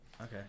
Okay